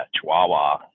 chihuahua